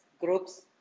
groups